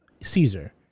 Caesar